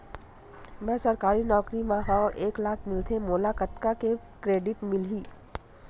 मैं सरकारी नौकरी मा हाव एक लाख मिलथे मोला कतका के क्रेडिट मिलही?